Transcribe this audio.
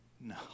No